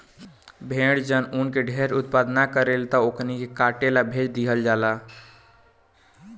भेड़ जब ऊन के ढेर उत्पादन न करेले तब ओकनी के काटे ला भेज दीहल जाला